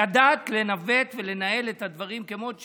ידעת לנווט ולנהל את הדברים כמות שהם.